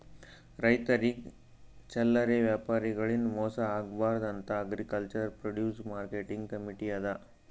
ರೈತರಿಗ್ ಚಲ್ಲರೆ ವ್ಯಾಪಾರಿಗಳಿಂದ್ ಮೋಸ ಆಗ್ಬಾರ್ದ್ ಅಂತಾ ಅಗ್ರಿಕಲ್ಚರ್ ಪ್ರೊಡ್ಯೂಸ್ ಮಾರ್ಕೆಟಿಂಗ್ ಕಮೀಟಿ ಅದಾ